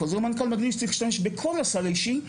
חוזר מנכ"ל מדגיש להשתמש בכל הסל האישי,